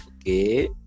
Okay